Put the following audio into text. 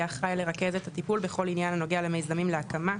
אחראי לרכז את הטיפול בכל עניין הנוגע למיזמים להקמה,